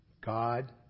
God